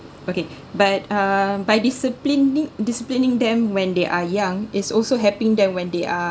okay but uh by disciplining disciplining them when they are young is also helping them when they are